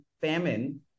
famine